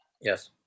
Yes